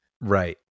Right